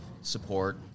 support